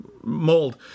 mold